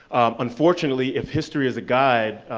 unfortunately, if history is a guide,